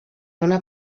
una